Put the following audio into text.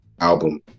album